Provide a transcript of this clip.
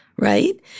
Right